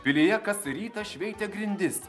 pilyje kas rytą šveitė grindis